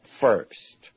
first